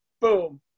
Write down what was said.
boom